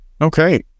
Okay